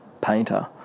painter